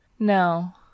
no